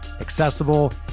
accessible